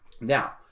Now